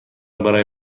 برای